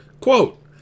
Quote